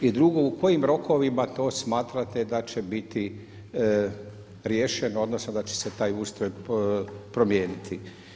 I drugo, u kojim rokovima to smatrate da će biti riješeno odnosno da će se taj ustroj promijeniti?